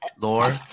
lore